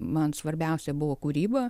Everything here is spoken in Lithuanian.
man svarbiausia buvo kūryba